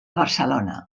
barcelona